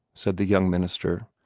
said the young minister.